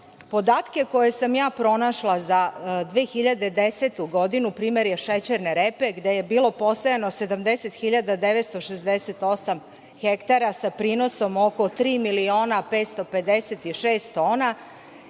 Podatke koje sam pronašla za 2010. godinu primer je šećerne repe, gde je bilo posejano 70.968 hektara sa prinosom oko tri miliona